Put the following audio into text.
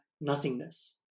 nothingness